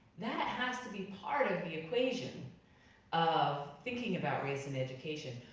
that has to be part of the equation of thinking about race and education.